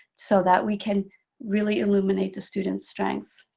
so that we can really illuminate the students' strengths,